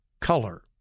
color